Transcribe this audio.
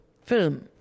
film